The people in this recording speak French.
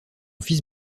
fils